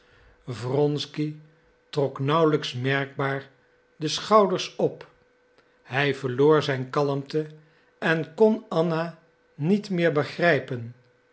wronsky trok nauwelijks merkbaar de schouders op hij verloor zijn kalmte en kon anna niet meer begrijpen